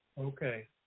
Okay